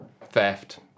theft